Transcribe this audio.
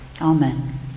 Amen